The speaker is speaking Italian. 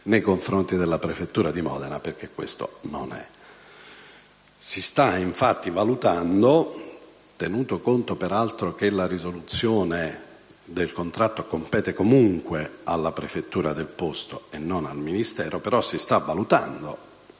nei confronti della prefettura di Modena, perché così non è. Infatti, tenuto conto che la risoluzione del contratto compete comunque alla prefettura del posto e non al Ministero, si stanno valutando